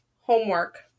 Homework